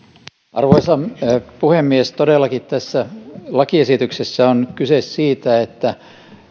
arvoisa puhemies todellakin tässä lakiesityksessä on kyse siitä että